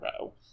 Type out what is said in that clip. row